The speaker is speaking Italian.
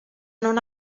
non